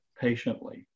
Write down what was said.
patiently